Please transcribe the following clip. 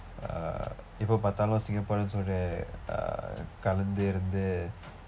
uh எப்ப பார்த்தாலும்:eppa paarththaalum singapore னு சொல்லிட்டு:nu sollitdu uh கலந்து இருந்து:kalandthu irundthu